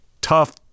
tough